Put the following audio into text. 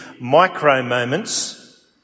micro-moments